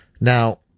Now